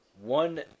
one